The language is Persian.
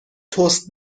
تست